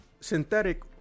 synthetic